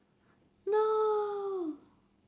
no